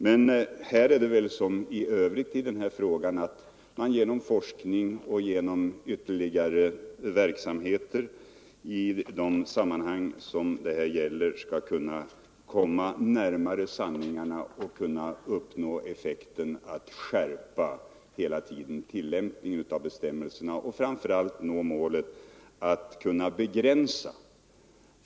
Men här liksom på detta område i övrigt gäller väl Tisdagen den att man genom forskning och annan verksamhet i sammanhanget kan 19 november 1974 komma sanningen närmare och därmed hela tiden kan skärpa tillämp: — ningen av bestämmelserna och begränsa förekomsten av för människor = Ang.